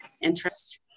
interest